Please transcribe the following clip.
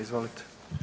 Izvolite.